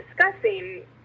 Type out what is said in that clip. discussing